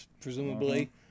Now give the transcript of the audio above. presumably